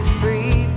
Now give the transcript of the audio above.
free